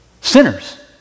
Sinners